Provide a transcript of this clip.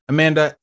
Amanda